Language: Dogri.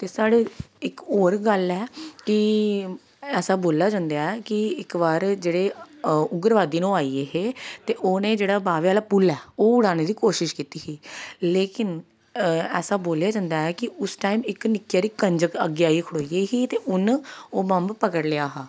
ते साढ़े इक होर गल्ल ऐ कि ऐसा बोलेआ जंदा ऐ कि इक बार जेह्ड़े उग्गरवादी न ओह् आई गे हे ते उ'नें जेह्ड़ा बाह्वे आह्ला पुल ऐ ओह् उडाने दी कोशश कीती ही लेकिन ऐसा बोल्लेआ जंदा ऐ कि उस टाइम इक निक्की हारी कंजक अग्गें आइयै खड़ोई गेई ही ते उन्न ओह् बम्ब पकड़ी लेआ हा